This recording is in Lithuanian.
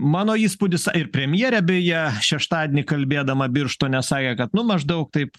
mano įspūdis ir premjerė beje šeštadienį kalbėdama birštone sakė kad nu maždaug taip